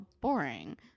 boring